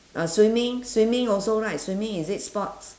uh swimming swimming also right swimming is it sports